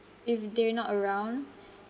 if they're not around